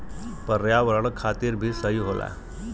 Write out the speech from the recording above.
पर्यावरण खातिर भी सही होला